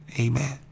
amen